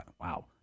Wow